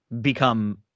Become